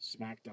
SmackDown